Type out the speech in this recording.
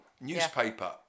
newspaper